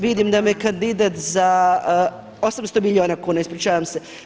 Vidim da me kandidat za, 800 milijuna kuna ispričavam se.